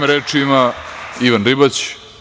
Reč ima Ivan Ribać.